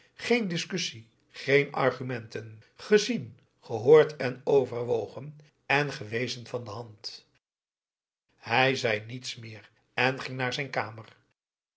geen discussie geen argumenten gezien gehoord en overwogen en gewezen van de hand hij zei niets meer en ging naar zijn kamer